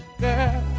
girl